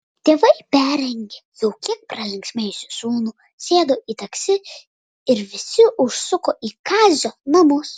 tėvai perrengė jau kiek pralinksmėjusį sūnų sėdo į taksi ir visi užsuko į kazio namus